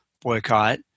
boycott